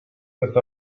with